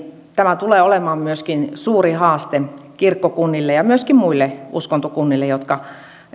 tämä tulee olemaan suuri haaste myöskin kirkkokunnille ja myöskin muille uskontokunnille jotka